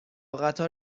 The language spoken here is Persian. قطار